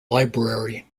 library